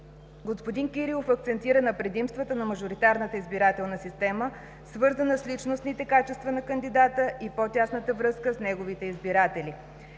Господин Кирилов акцентира на предимствата на мажоритарната избирателна система, свързана с личностните качества на кандидата и по-тясната връзка с неговите избиратели.